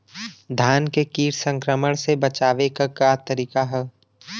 धान के कीट संक्रमण से बचावे क का तरीका ह?